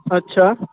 अछा